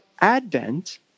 Advent